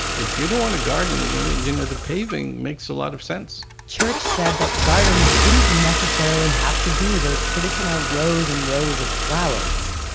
if you don't want to garden, you and you know, the paving makes a lot of sense. church said that gardens didn't necessarily have to be those traditional rows and rows of flowers.